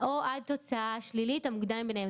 או עד תוצאה שלילית, המוקדם מביניהם.